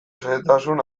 xehetasun